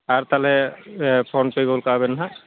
ᱟᱨ ᱛᱟᱦᱚᱞᱮ ᱯᱷᱳᱱᱯᱮ ᱜᱚᱞ ᱠᱟᱜ ᱵᱮᱱ ᱦᱟᱸᱜ